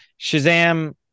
shazam